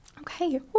okay